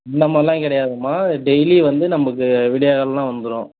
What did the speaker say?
அந்த மாதிரிலாம் கிடையாதும்மா டெய்லி வந்து நம்பக்கு விடிய காலைலாம் வந்துரும்